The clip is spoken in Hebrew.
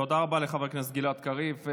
תודה רבה לחבר הכנסת גלעד קריב.